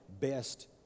best